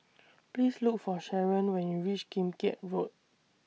Please Look For Sharon when YOU REACH Kim Keat Road